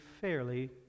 fairly